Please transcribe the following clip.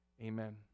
Amen